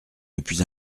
depuis